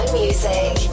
music